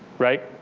right?